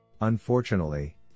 Unfortunately